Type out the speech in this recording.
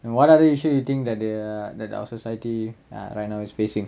then what other issue they are that the that our society right now is facing